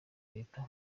leta